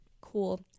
Cool